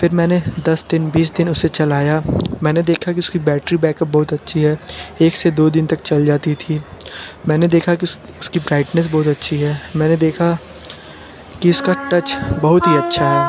फिर मैंने दस दिन बीस दिन उसे चलाया मैंने देखा कि उसकी बैटरी बैकअप बहुत अच्छी है एक से दो दिन तक चल जाती थी मैंने देखा कि उसकी ब्राइटनेस बहुत अच्छी है मैंने देखा कि उसका टच बहुत ही अच्छा है